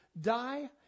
die